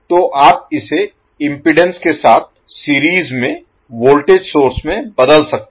तो आप इसे इम्पीडेन्स के साथ सीरीज में वोल्टेज सोर्स में बदल सकते हैं